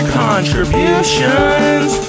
contributions